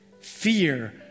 Fear